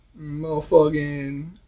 Motherfucking